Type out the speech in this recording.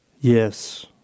Yes